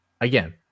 again